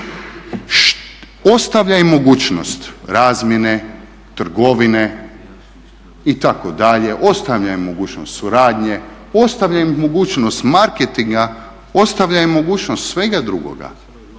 Ostavlja im mogućnost razmjene, trgovine itd., ostavlja im mogućnost suradnje, ostavlja im mogućnost marketinga, ostavlja im mogućnost svega drugoga,